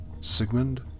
Sigmund